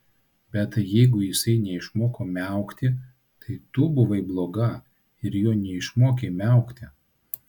bet tai jeigu jisai neišmoko miaukti tai tu buvai bloga ir jo neišmokei miaukti